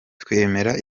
twemera